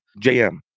JM